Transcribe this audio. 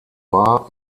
bar